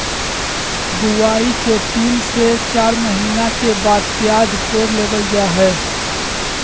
बुआई के तीन से चार महीना के बाद प्याज कोड़ लेबल जा हय